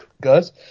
Guys